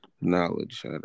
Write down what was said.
knowledge